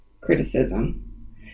criticism